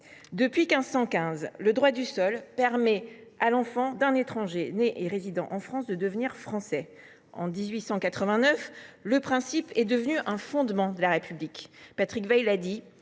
Depuis 1515, le droit du sol permet à l’enfant d’un étranger né et résidant en France de devenir Français. En 1889, ce principe est devenu un fondement de la République. Patrick Weil a dit